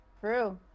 True